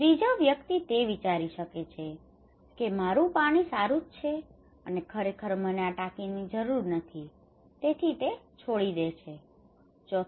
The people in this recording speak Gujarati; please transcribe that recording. ત્રીજો વ્યક્તિ તે વિચારી શકે છે કે મારું પાણી સારું જ છે અને ખરેખર મને આ ટાંકીની જરૂર નથી તેથી તેણે છોડી દીધું